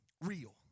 real